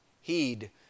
heed